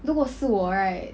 如果是我 right